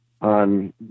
on